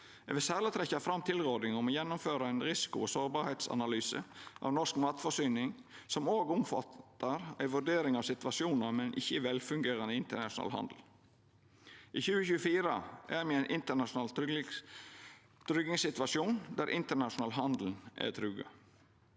Eg vil særleg trekkja fram tilrådinga om å gjennomføra ein risiko- og sårbarheitsanalyse av norsk matforsyning som òg omfattar ei vurdering av situasjonar med ein ikkje velfungerande internasjonal handel. I 2024 er me i ein internasjonal tryggingssituasjon der den internasjonale handelen er truga.